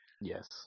yes